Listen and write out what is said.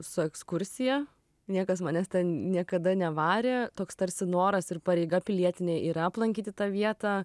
su ekskursija niekas manęs ten niekada nevarė toks tarsi noras ir pareiga pilietinė yra aplankyti tą vietą